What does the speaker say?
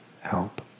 help